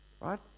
right